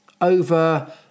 over